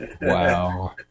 Wow